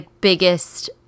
biggest